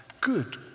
good